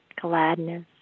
Gladness